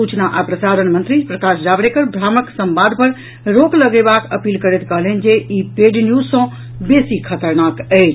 सूचना आ प्रसारण मंत्री प्रकाश जावड़ेकर भ्रामक संवाद पर रोक लगेबाक अपील करैत कहलनि जे ई पेड न्यूज सँ बेसी खतरनाक अछि